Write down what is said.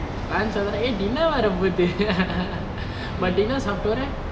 lunch வந்தோன:vanthone eh dinner வரப்போது:varapothu but dinner சாப்டோன:saptone